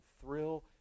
thrill